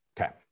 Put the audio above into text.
Okay